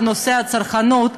בנושא צרכנות,